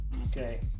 Okay